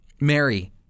Mary